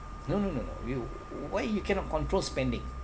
no no no no you why you cannot control spending